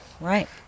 Right